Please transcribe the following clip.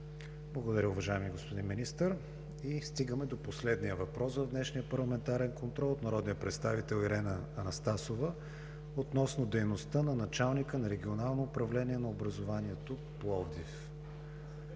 Благодаря Ви, уважаеми господин Министър. Стигаме до последния въпрос в днешния парламентарен контрол от народния представител Ирена Анастасова относно дейността на началника на Регионално управление на образованието – Пловдив.